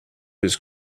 his